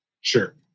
Sure